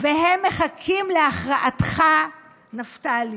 והם מחכים להכרעתך, נפתלי.